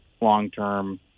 long-term